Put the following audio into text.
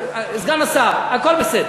סגן השר, הכול בסדר.